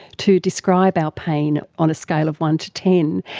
to describe our pain on a scale of one to ten.